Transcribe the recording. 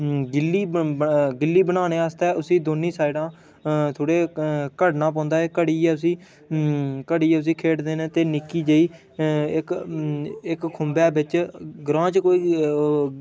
गिल्ली ब बनाने आस्तै उसी दौनें साइडें दा थोह्ड़ा घड़ना पौंदा ऐ घड़ियै उसी घड़ियै उसी खेढ़दे न ते निक्की जेही इक इक खुम्बै बिच ग्रांऽ च कोई ओह्